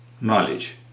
knowledge